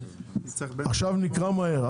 עכשיו נקרא מהר,